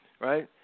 Right